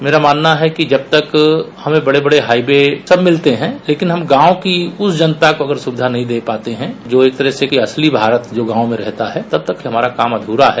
मेरा मानना है कि जब तक हमें बड़े बड़े हाइवें सब मिलते है लेकिन हम गांव की उस जनता को अगर सुविधा नहीं दे पाते है जो एक तरह से असली भारत जो गांव में रहता है तब तक हमारा काम अधूरा है